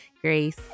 Grace